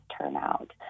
turnout